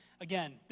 again